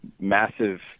massive